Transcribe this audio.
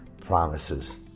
promises